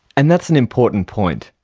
and that's an important point.